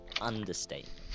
Understatement